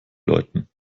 läuten